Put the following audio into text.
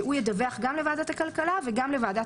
שהוא ידווח גם לוועדת הכלכלה וגם לוועדת